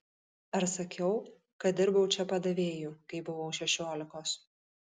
ar sakiau kad dirbau čia padavėju kai buvau šešiolikos